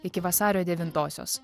iki vasario devintosios